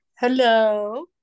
Hello